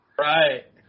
Right